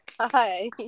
Hi